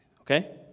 Okay